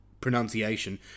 pronunciation